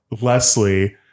Leslie